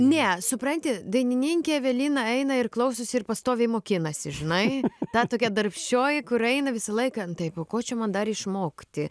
ne supranti dainininkė evelina eina ir klausosi ir pastoviai mokinasi žinai ta tokia darbščioji kur eina visą laiką nu taip o ko čia man dar išmokti